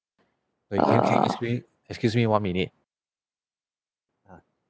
wait can you can you excuse me excuse me one minute ah